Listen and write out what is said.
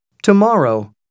tomorrow